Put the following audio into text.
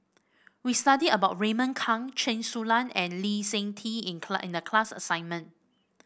we studied about Raymond Kang Chen Su Lan and Lee Seng Tee in in the class assignment